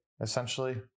essentially